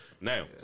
Now